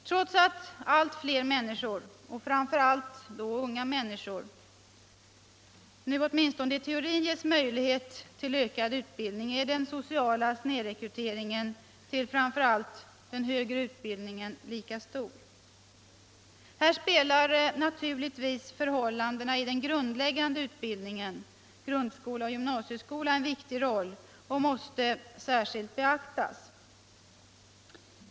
Trots att allt fler människor, framför allt unga människor, nu åtminstone i teorin ges möjlighet till ökad utbildning är den sociala snedrekryteringen till framför allt den högre utbildningen lika stor. Här spelar naturligtvis förhållandena i den grundläggande utbildningen —- grundskolan och gymnasieskolan — en viktig roll och måste särskilt beaktas.